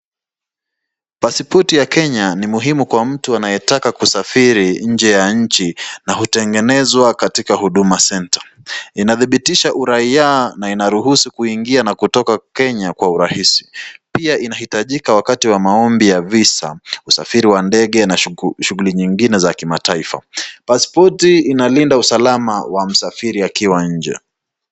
Pasipoti ya Kenya ni muhimu mtu anapotaka kusafiri nje ya nchi na hutengenezwa katika huduma centre. Inadhibitisha uraia na inaruhusu kuingia Kenya na kutoka kwa urahisi. Pia inahitajika wakati wa maombi ya Visa, usafiri wa ndege na shughuli zingine za kimataifa. Pasipoti inalinda usalama wa msafiri akiwa nje.